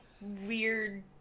weird